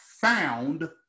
found